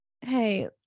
Hey